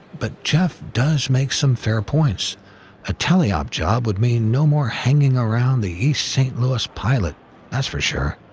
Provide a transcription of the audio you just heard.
but jeff does make some fair points a tele-op job would mean no more hanging around the east st. louis pilot that's for sure.